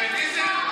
לשוביניזם?